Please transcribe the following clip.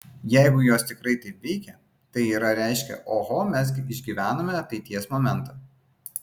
jeigu jos tikrai taip veikia tai yra reiškia oho mes išgyvename ateities momentą